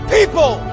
People